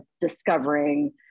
discovering